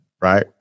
right